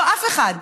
לא אף אחד,